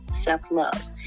self-love